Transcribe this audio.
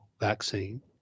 vaccine